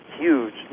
huge